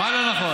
מה לא נכון?